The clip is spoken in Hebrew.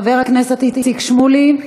חבר הכנסת איציק שמולי,